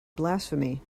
blasphemy